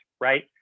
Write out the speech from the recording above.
right